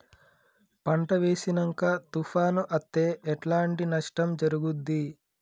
పంట వేసినంక తుఫాను అత్తే ఎట్లాంటి నష్టం జరుగుద్ది?